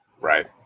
Right